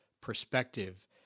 perspective